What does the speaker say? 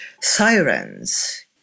sirens